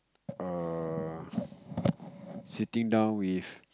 err sitting down with